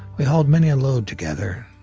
we hauled many a load together,